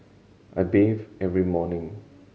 I bathe every morning